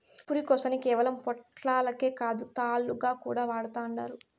పురికొసని కేవలం పొట్లాలకే కాదు, తాళ్లుగా కూడా వాడతండారు